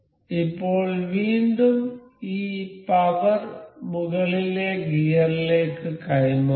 ഇപ്പോൾ വീണ്ടും ഈ പവർ മുകളിലെ ഗിയറിലേക്ക് കൈമാറണം